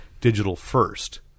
digital-first